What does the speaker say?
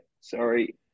sorry